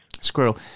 Squirrel